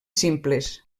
simples